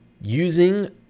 using